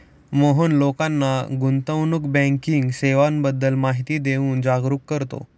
मोहन लोकांना गुंतवणूक बँकिंग सेवांबद्दल माहिती देऊन जागरुक करतो